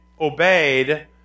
obeyed